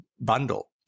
bundle